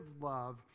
love